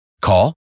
Call